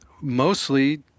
mostly